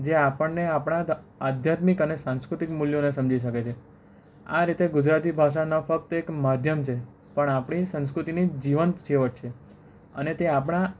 જે આપણને આપણા આધ્યાત્મિક અને સાંસ્કૃતિક મૂલ્યોને સમજી શકે છે આ રીતે ગુજરાતી ભાષાના ફક્ત એક માધ્યમ છે પણ આપણી સંસ્કૃતિની જીવંત છેવટ છે અને તે આપણાં